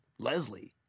Leslie